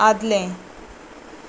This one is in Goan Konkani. आदलें